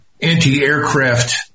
anti-aircraft